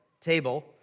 table